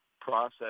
process